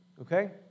okay